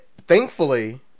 thankfully